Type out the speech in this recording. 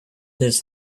his